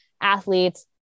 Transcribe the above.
athletes